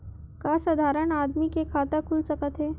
का साधारण आदमी के खाता खुल सकत हे?